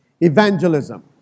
Evangelism